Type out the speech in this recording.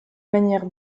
manière